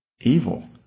evil